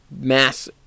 mass